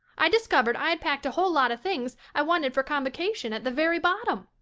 i discovered i had packed a whole lot of things i wanted for convocation at the very bottom.